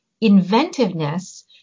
inventiveness